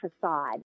facade